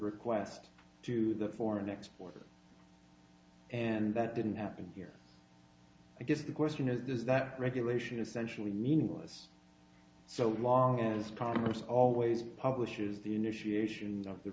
request to the foreign exporters and that didn't happen here i guess the question is is that regulation essentially meaningless so long as congress always publishes the initiation